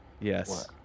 Yes